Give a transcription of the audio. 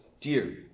dear